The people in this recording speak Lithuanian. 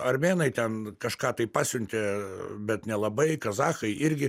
armėnai ten kažką tai pasiuntė bet nelabai kazachai irgi